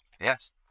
yes